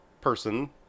person